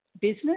business